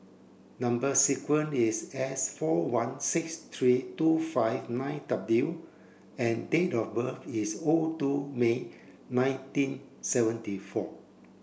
number sequence is S four one six three two five nine W and date of birth is O two May nineteen seventy four